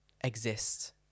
exist